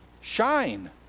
shine